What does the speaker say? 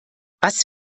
was